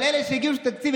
אבל אלה שהגיעו לתקציב,